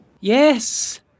Yes